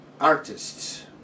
artists